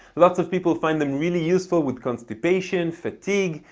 lots of people find them really useful with constipation, fatigue,